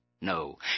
No